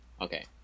okay